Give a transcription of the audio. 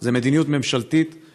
זו מדיניות ממשלתית,